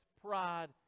pride